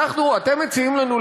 אתם מציעים לנו,